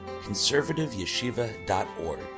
conservativeyeshiva.org